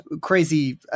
crazy